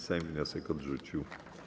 Sejm wniosek odrzucił.